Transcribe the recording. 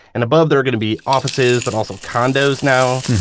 and above there are going to be offices but also condos now.